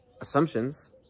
assumptions